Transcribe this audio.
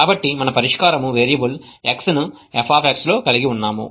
కాబట్టి మన పరిష్కారం వేరియబుల్ x ను f లో కలిగి ఉన్నాము